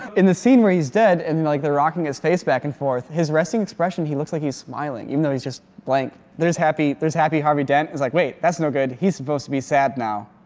in the scene where he's dead and like the rocking his face back and forth his resting expression he looks like he's smiling even though he's just blank. there's happy. there's happy harvey dent was like wait, that's no good he's supposed to be sad now